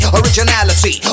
originality